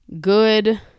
good